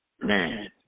Man